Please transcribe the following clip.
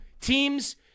Teams